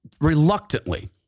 reluctantly